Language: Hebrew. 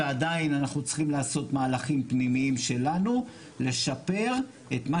ועדיין אנחנו צריכים לעשות מהלכים פנימיים שלנו לשפר את מה